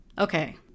okay